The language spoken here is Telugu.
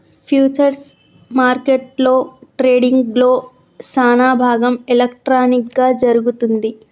ఫ్యూచర్స్ మార్కెట్లో ట్రేడింగ్లో సానాభాగం ఎలక్ట్రానిక్ గా జరుగుతుంది